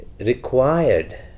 Required